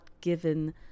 given